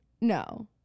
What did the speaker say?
no